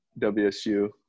WSU